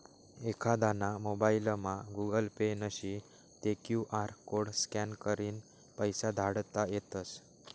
एखांदाना मोबाइलमा Google Pay नशी ते क्यु आर कोड स्कॅन करीन पैसा धाडता येतस